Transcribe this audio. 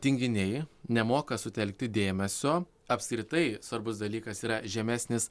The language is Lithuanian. tinginiai nemoka sutelkti dėmesio apskritai svarbus dalykas yra žemesnis